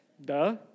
Duh